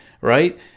right